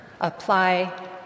apply